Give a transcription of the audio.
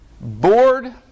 bored